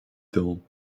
temps